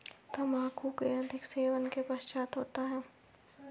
तंबाकू के अधिक सेवन से पक्षाघात होता है